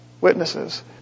witnesses